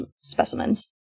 specimens